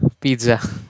Pizza